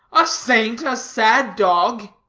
a saint a sad dog?